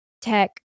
tech